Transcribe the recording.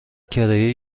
کرایه